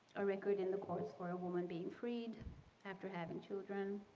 record in the courts for a woman being freed after having children.